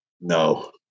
No